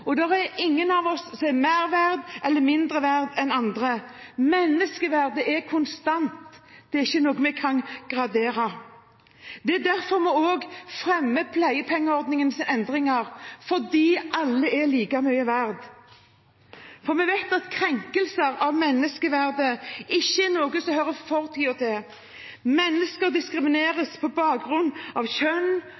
og det er ingen av oss som er mer verdt eller mindre verdt enn andre. Menneskeverdet er konstant, det er ikke noe vi kan gradere. Det er derfor vi fremmer forslag om endringer i pleiepengeordningen, fordi alle er like mye verdt. Vi vet at krenkelser av menneskeverdet ikke er noe som hører fortiden til. Mennesker